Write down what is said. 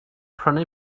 prynu